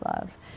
love